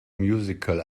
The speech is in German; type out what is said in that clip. musical